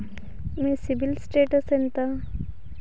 మీ CIBIL status ఎంత?